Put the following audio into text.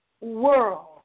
world